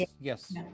Yes